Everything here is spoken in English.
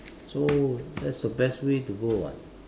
so that's the best way to go [what]